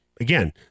Again